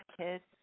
kids